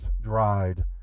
dried